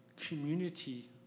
Community